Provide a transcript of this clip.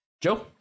Joe